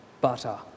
butter